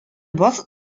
баз